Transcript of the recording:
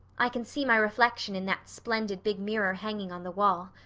i can see my reflection in that splendid big mirror hanging on the wall.